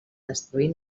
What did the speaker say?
destruir